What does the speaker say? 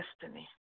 destiny